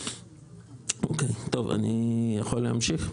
אני יכול להמשיך?